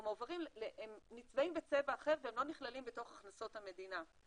הם נצבעים בצבע אחר והם לא נכללים בתוך הכנסות המדינה.